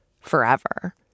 forever